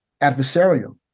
adversarial